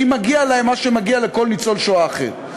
כי מגיע להם מה שמגיע לכל ניצול שואה אחר?